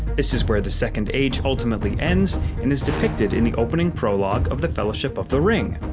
this is where the second age ultimately ends and is depicted in the opening prologue of the fellowship of the ring!